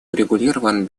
урегулирован